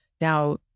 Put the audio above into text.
Now